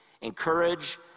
encourage